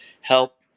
help